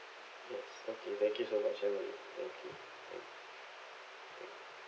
yes okay thank you so much emily thank you